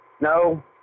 No